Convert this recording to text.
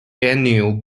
daniel